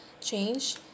change